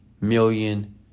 million